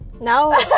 No